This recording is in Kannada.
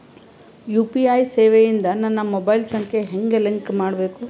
ಯು.ಪಿ.ಐ ಸೇವೆ ಇಂದ ನನ್ನ ಮೊಬೈಲ್ ಸಂಖ್ಯೆ ಹೆಂಗ್ ಲಿಂಕ್ ಮಾಡಬೇಕು?